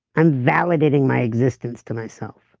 i'm validating my existence to myself.